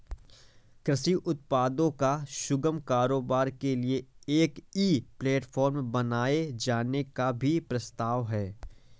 कृषि उत्पादों का सुगम कारोबार के लिए एक ई प्लेटफॉर्म बनाए जाने का भी प्रस्ताव है